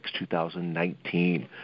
2019